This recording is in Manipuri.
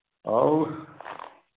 ꯑꯧ